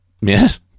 Yes